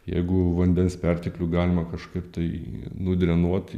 jeigu vandens perteklių galima kažkaip tai nudrenuot